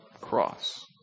Cross